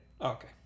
Okay